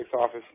office